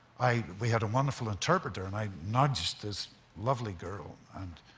i we had a wonderful interpreter, and i nudged this lovely girl, and